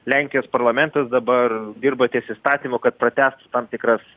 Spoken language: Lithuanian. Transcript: lenkijos parlamentas dabar dirba ties įstatymu kad ptaręst tam tikras